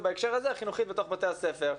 ובהקשר הזה החינוכית בתוך בתי הספר.